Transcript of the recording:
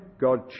God